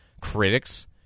critics